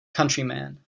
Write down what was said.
countryman